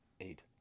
Eight